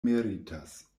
meritas